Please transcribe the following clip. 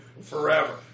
forever